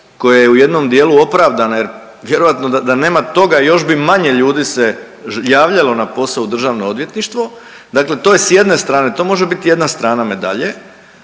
koja je u jednom dijelu opravdana jer vjerojatno da nema toga još bi manje ljudi se javljalo na posao u državno odvjetništvo, dakle to je s jedne strane to može biti jedna strana medalje.